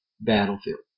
battlefield